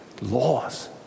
laws